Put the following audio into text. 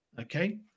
Okay